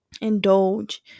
indulge